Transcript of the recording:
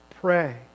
pray